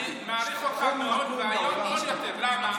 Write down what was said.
אני ביקשתי לשבת ואני מוכן לשבת ולשמוע על זה.